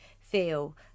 feel